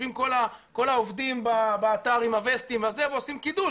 יושבים כל העובדים באתר עם הווסטים ועושים קידוש,